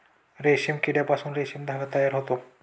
रेशीम किड्यापासून रेशीम धागा तयार होतो